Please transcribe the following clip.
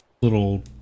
little